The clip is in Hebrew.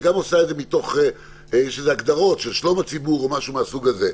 היא גם עושה את זה מתוך הגדרות של שלום הציבור או משהו מהסוג הזה.